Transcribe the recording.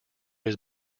his